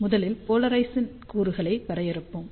முதலில் பொலரைஷேசன் கூறுகளை வரையறுப்போம்